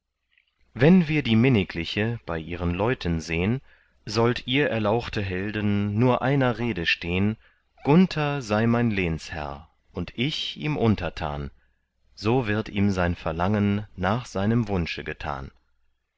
wenn wir die minnigliche bei ihren leuten sehn sollt ihr erlauchte helden nur einer rede stehn gunther sei mein lehnsherr und ich ihm untertan so wird ihm sein verlangen nach seinem wunsche getan